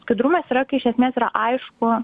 skaidrumas yra kai iš esmės yra aišku